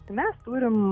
tai mes turim